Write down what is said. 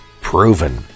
Proven